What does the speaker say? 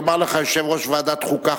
יאמר לך יושב-ראש ועדת החוקה,